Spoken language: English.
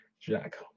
Jack